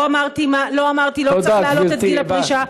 אמרתי שלא צריך להעלות את גיל הפרישה,